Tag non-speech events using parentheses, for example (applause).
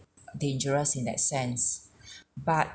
dangerous in that sense (breath) but